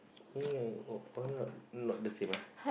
hmm why not not the same ah